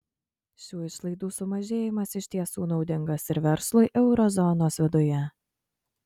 šių išlaidų sumažėjimas iš tiesų naudingas ir verslui euro zonos viduje